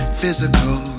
physical